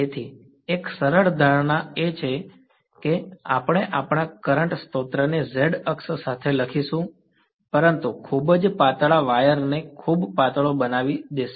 તેથી એક સરળ ધારણા એ હશે કે આપણે આપણા કરંટ સ્ત્રોતને z અક્ષ સાથે લઈશું પરંતુ ખૂબ જ પાતળા વાયર ને ખૂબ પાતળો બનાવી દેશે